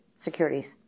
securities